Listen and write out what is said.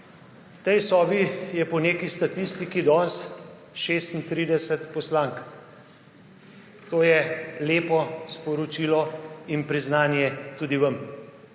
tej sobi je po neki statistiki danes 36 poslank. To je lepo sporočilo in priznanje tudi vam.